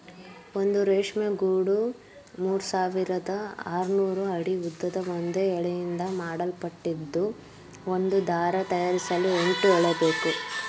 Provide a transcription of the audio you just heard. ಒಂದು ರೇಷ್ಮೆ ಗೂಡು ಮೂರ್ಸಾವಿರದ ಆರ್ನೂರು ಅಡಿ ಉದ್ದದ ಒಂದೇ ಎಳೆಯಿಂದ ಮಾಡಲ್ಪಟ್ಟಿದ್ದು ಒಂದು ದಾರ ತಯಾರಿಸಲು ಎಂಟು ಎಳೆಬೇಕು